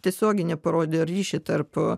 tiesioginį parodė ryšį tarp